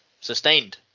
sustained